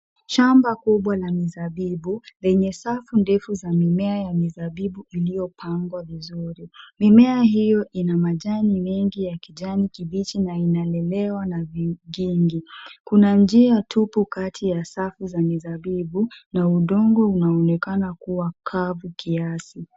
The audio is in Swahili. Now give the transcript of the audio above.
Shamba kubwa la mizabibu lenye safu ndefu za mimea ya mizabibu iliyopangwa vizuri. Mimea hiyo ina majani mengi ya kijani kibichi na inalelewa na vikingi. Kuna njia tupu kati ya safu za mizabibu na udongo unaonekana kuwa kavu kiasi.